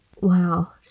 Wow